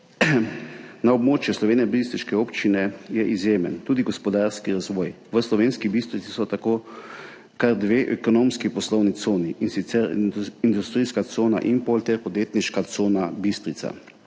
Na območju slovenjebistriške občine je izjemen tudi gospodarski razvoj.V Slovenski Bistrici sta tako kar dve ekonomsko-poslovni coni, in sicer industrijska cona Impol ter podjetniška cona Bistrica.